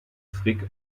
frick